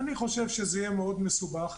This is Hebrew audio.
אני חושב שזה יהיה מאוד מסובך,